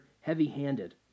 heavy-handed